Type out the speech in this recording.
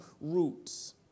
roots